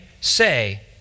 say